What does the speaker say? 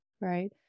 Right